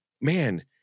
man